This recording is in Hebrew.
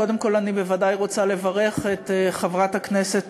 קודם כול אני בוודאי רוצה לברך את חברת הכנסת